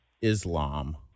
Islam